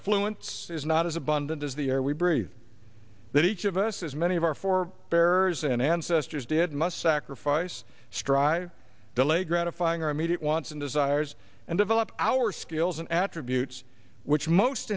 a fluence is not as abundant as the air we breathe that each of us has many of our four bearers and ancestors did must sacrifice strive delay gratifying our immediate wants and desires and develop our skills and attributes which most